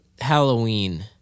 Halloween